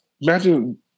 Imagine